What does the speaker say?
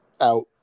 out